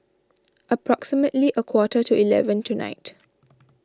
approximately a quarter to eleven tonight